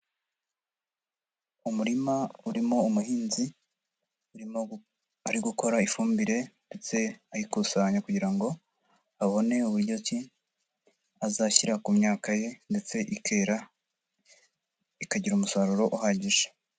Umurima urimo umuhinzi, urimo ari gukora ifumbire ndetse ayikusanya kugira ngo abone uburyo ki azashyira ku myaka ye ndetse ikera, ikagira umusaruro uhagije.